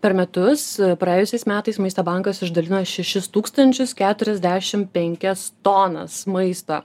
per metus praėjusiais metais maisto bankas išdalino šešis tūkstančius keturiasdešim penkias tonas maisto